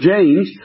James